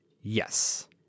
yes